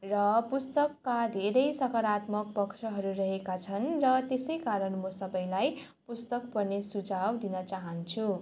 र पुस्तकका धेरै सकारात्मक पक्षहरू रहेका छन् र त्यसै कारण म सबैलाई पुस्तक पढ्ने सुझाउ दिनचाहन्छु